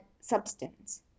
substance